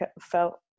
felt